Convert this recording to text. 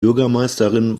bürgermeisterin